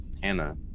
Hannah